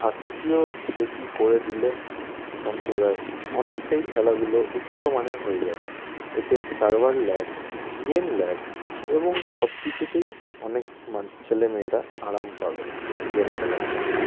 আর secure বেশি করে দিলে সম্প্রদায় অনেকটাই খেলাগুলো উচ্চ মানের হয়ে যাবে এতে সার্ভার ল্যাগ গেম ল্যাগ এবং সব কিছুতেই অনেক মা ছেলে মেয়েরা আরাম পাবে গেম খেলার সময়